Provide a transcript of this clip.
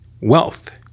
wealth